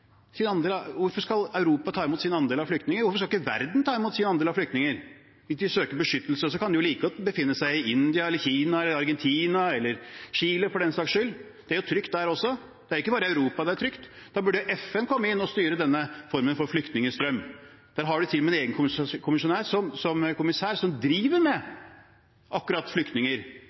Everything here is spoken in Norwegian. Hvorfor skal Europa ta imot sin andel av flyktninger? Hvorfor skal ikke verden ta imot sin andel av flyktninger? Hvis de søker beskyttelse, kan de like godt befinne seg i India, eller Kina, eller Argentina, eller Chile for den saks skyld? Det er trygt der også, det er ikke bare i Europa det er trygt. Da burde FN komme inn og styre denne formen for flyktningstrøm – der har man til og med en egen kommissær som driver med akkurat flyktninger,